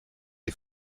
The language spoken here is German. die